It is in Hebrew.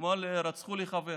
אתמול רצחו לי חבר,